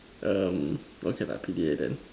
um okay lah P_D_A then